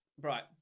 Right